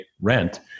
rent